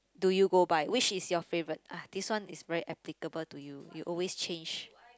do you go by which is your favourite ah this one is very applicable to you you always change